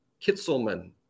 Kitzelman